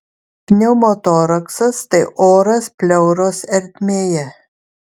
pneumotoraksas tai oras pleuros ertmėje